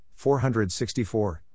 464